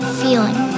feeling